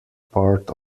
part